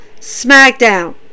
Smackdown